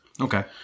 Okay